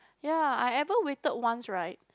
ya I ever waited once right